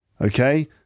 Okay